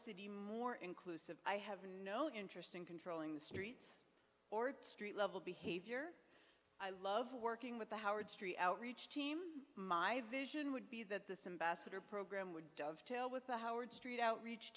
city more inclusive i have no interest in controlling the streets or street level behavior i love working with the howards tree outreach team my vision would be that the same basket or program would dovetail with the howard street outreach